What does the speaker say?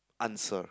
answer